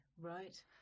Right